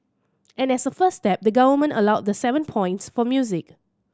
and as a first step the Government allowed the seven points for music